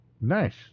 Nice